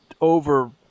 over